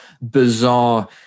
bizarre